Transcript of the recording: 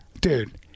Dude